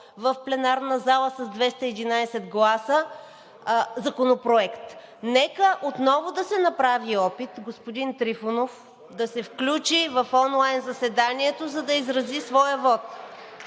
в пленарна зала с 211 гласа, законопроект. Нека отново да се направи опит господин Трифонов да се включи в онлайн заседанието, за да изрази своя вот.